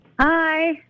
Hi